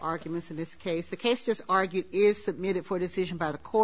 arguments in this case the case just argued is submitted for decision by the co